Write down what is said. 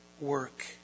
work